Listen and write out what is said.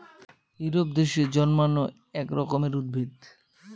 Europe দেশে জন্মানো এক রকমের উদ্ভিদ